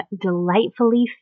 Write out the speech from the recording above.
delightfully